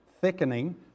thickening